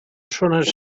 zones